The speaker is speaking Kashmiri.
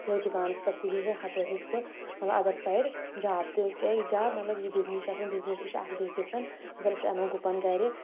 سُہ دُکانَس پٮ۪ٹھ تہِ بِہتھ ہۄپٲرۍ ہٮ۪کہِ سُہ مطلب اَدر سایڈ جاب تہِ کیاہ جاب مطلب یہِ بزنس چھُ آسان بزنس تہِ چھُ اکھ بِزنِسَن مثال أسۍ اَنو گُپَن گرِ